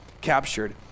captured